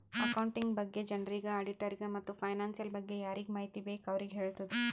accounting ಬಗ್ಗೆ ಜನರಿಗ್, ಆಡಿಟ್ಟರಿಗ ಮತ್ತ್ ಫೈನಾನ್ಸಿಯಲ್ ಬಗ್ಗೆ ಯಾರಿಗ್ ಮಾಹಿತಿ ಬೇಕ್ ಅವ್ರಿಗ ಹೆಳ್ತುದ್